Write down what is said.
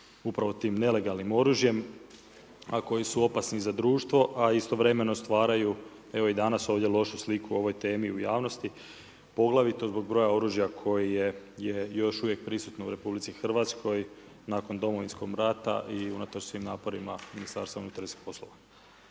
upravo tim nelegalnim oružjem, a koji su opasni za društvo, a istovremeno stvaraju evo i danas ovdje lošu sliku o ovoj temi u javnosti, poglavito zbog oružja koje je još uvijek prisutno u Republici Hrvatskoj nakon Domovinskog rata i unatoč svim naporima Ministarstva unutarnjih poslova.